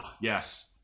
Yes